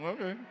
Okay